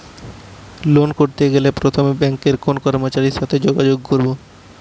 Loan করতে গেলে প্রথমে ব্যাঙ্কের কোন কর্মচারীর সাথে যোগাযোগ করব?